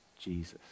Jesus